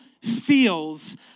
feels